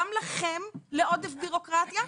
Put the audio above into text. גם לכם לעודף בירוקרטיה,